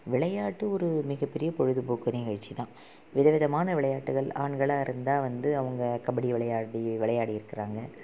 விளையாட்டு ஒரு மிகப்பெரிய பொழுதுபோக்கு நிகழ்ச்சி தான் வித விதமான விளையாட்டுகள் ஆண்களாக இருந்தால் வந்து அவங்க கபடி விளையாடி விளையாடியிருக்குறாங்க